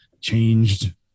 changed